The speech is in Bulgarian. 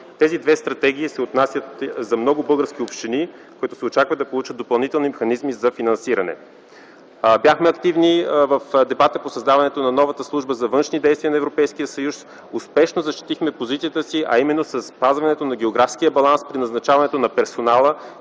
Тези две стратегии се отнасят за много български общини, които се очаква да получат допълнителни механизми за финансиране. Бяхме активни в дебата по създаването на новата служба за външни действия на Европейския съюз, успешно защитихме позицията си, а именно със спазването на географския баланс при назначаването на персонала